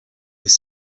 was